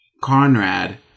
Conrad